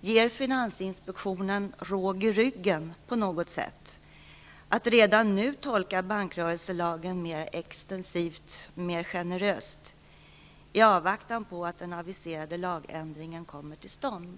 ge finansinspektionen råg i ryggen att redan nu tolka bankrörelselagen mer extensivt och generöst i avvaktan på att den aviserade lagändringen kommer till stånd?